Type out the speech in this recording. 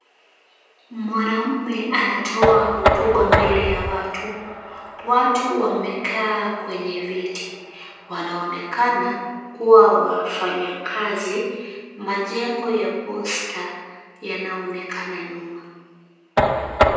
Mwanaume anatoa hotuba mbele ya watu. Watu wamekaa kwenye viti, wanaonekana kuwa wafanyakazi. Majengo ya Posta yanaonekana nyuma.